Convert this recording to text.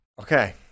Okay